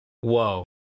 Whoa